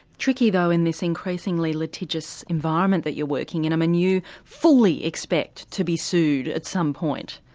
tricky though in this increasingly litigious environment that you're working in, i mean you fully expect to be sued at some point.